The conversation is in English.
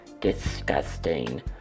disgusting